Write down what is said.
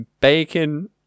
bacon